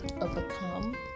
overcome